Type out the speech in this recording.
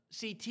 CT